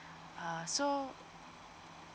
uh so